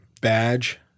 badge